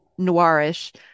noirish